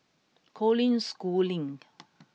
Colin Schooling